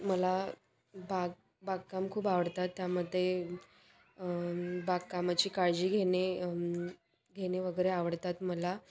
मला बाग बागकाम खूप आवडतात त्यामध्ये बागकामाची काळजी घेणे घेणे वगैरे आवडतात मला